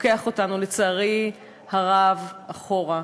לצערי הרב, אחורה.